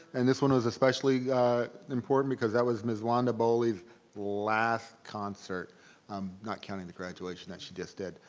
and this one was especially important because that was miss wanda boley's last concert um not counting the graduation that she just did.